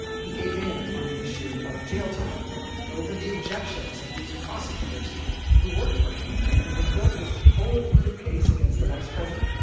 he gave in on the issue of jail time over the objections of these prosecutors who worked for him and who had built this bulletproof case against the vice president.